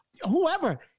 whoever